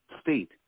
state